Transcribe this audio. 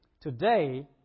today